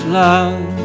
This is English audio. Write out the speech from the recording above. love